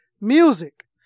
music